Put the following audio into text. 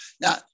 Now